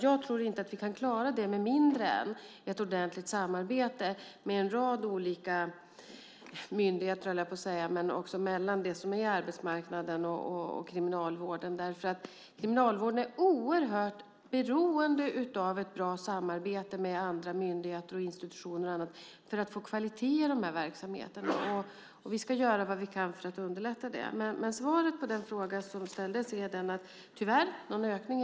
Jag tror inte att vi kan klara det med mindre än ett ordentligt samarbete mellan arbetsmarknaden och Kriminalvården. Kriminalvården är oerhört beroende av ett bra samarbete med andra myndigheter och institutioner för att få kvalitet i de här verksamheterna. Vi ska göra vad vi kan för att underlätta det. Svaret på den fråga som ställdes är att det tyvärr inte är någon ökning.